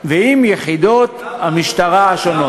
ועם יחידות המשטרה השונות,